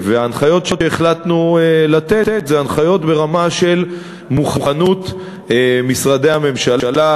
וההנחיות שהחלטנו לתת הן הנחיות ברמה של מוכנות משרדי הממשלה,